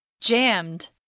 Jammed